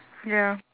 ya